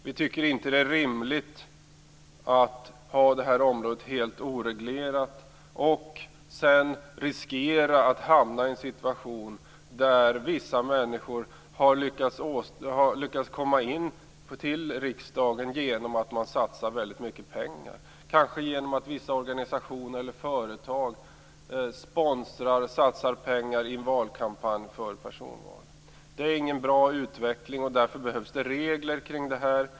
Vi tycker inte att det är rimligt att ha det här området helt oreglerat och sedan riskera att hamna i en situation där vissa människor har lyckats komma in i riksdagen genom att man satsar väldigt mycket pengar. Det kan kanske vara så att vissa organisationer eller företag satsar pengar i en valkampanj för personval. Det är ingen bra utveckling, och därför behövs det regler kring det här.